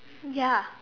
ya